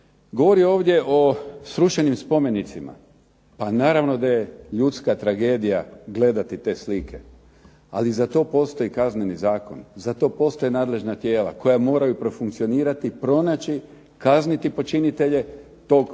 Govori tu o spomenicima, naravno da je ljudska tragedija gledati te slike. Ali za to postoji Kazneni zakon, za to postoje nadležna tijela koja moraju profunkcionirati, pronaći kazniti počinitelje tog